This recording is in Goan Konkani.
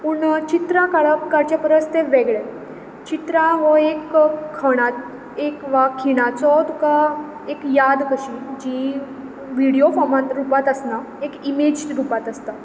पूण चित्रां काडचे परस तें वेगळें चित्रां हो एक एक वा खिणाचो तुका एक याद कशी जी व्हिडियो फोर्मांत रुपांत आसना एक इमेज रुपांत आसता